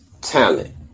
talent